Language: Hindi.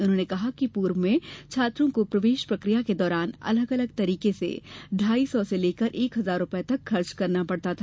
उन्होंने कहा कि पूर्व में छात्रों को प्रवेश प्रक्रिया के दौरान अलग अलग तरीके से ढाई सौ से एक हजार रुपए तक खर्च करना पड़ता था